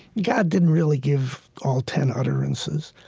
god didn't really give all ten utterances.